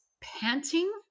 panting